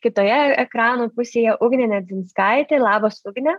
kitoje ekrano pusėje ugnė nedzinskaitė labas ugne